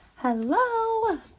Hello